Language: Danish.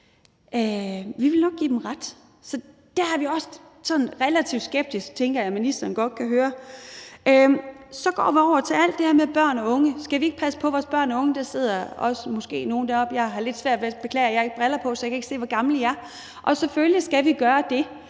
vi vil nok give dem ret. Så der er vi også sådan relativt skeptiske, tænker jeg at ministeren godt kan høre. Så går vi over til alt det her med børn og unge. Skal vi ikke passe på vores børn og unge? Der sidder måske også nogle deroppe på tilhørerpladserne, men jeg beklager, jeg har ikke briller på, så jeg kan ikke se, hvor gamle I er – og selvfølgelig skal vi gøre det